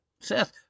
Seth